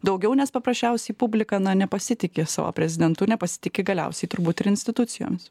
daugiau nes paprasčiausiai publika na nepasitiki savo prezidentu nepasitiki galiausiai turbūt ir institucijoms